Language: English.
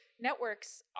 networks